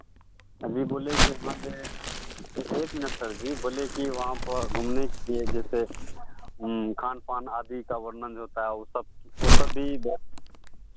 हम ये बोले कि वहाँ पर एक मिनट सर जी बोले कि वहाँ पर घूमने के लिए जैसे खान पान आदि का वर्णन जो होता हे वो सब वो सब भी